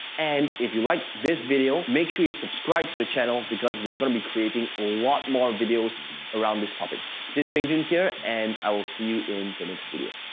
and if you liked this video, make sure you subscribe to the channel, because we're gonna be creating lot more videos around this topic. this is peng joon here, and i will see you in the next video.